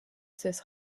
cesse